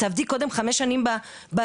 תעבדי קודם חמש שנים בציבורי,